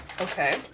Okay